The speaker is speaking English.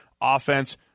offense